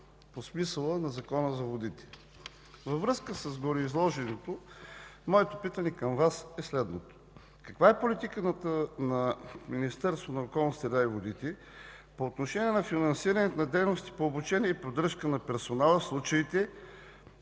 по смисъла на Закона за водите. Във връзка с гореизложеното моето питане към Вас е следното: каква е политиката на Министерството на околната среда и водите по отношение финансирането на дейностите по обучение и поддръжка на персонала в случаите,